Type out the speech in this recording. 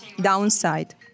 downside